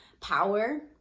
Power